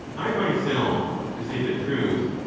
i myself, to say the truth,